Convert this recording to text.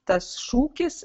tas šūkis